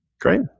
Great